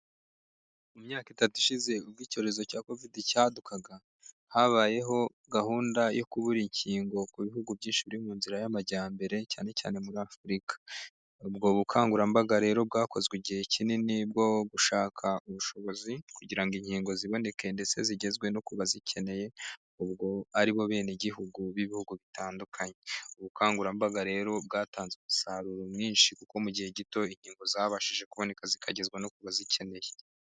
Mu myaka itatu ishize ubwo icyorezo cya kovide cyadukaga habayeho gahunda yo kubura inkingo ku bihugu byinshi biri mu nzira y'amajyambere cyane cyane muri afurika, ubwo bukangurambaga rero bwakozwe igihe kinini bwo gushaka ubushobozi kugira ngo inkingo ziboneke ndetse zigezwe no kubazikeneye ubwo aribo benegihugu b'ibihugu bitandukanye, ubukangurambaga rero bwatanze umusaruro mwinshi kuko mu gihe gito inkingo zabashije kuboneka zikagezwa no kuba zikeneye.